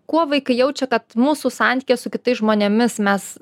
kuo vaikai jaučia kad mūsų santykyje su kitais žmonėmis mes